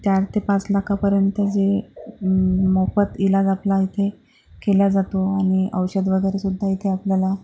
चार ते पाच लाखापर्यंत जे मोफत इलाज आपला इथे केल्या जातो आणि औषध वगैरेसुद्धा इथे आपल्याला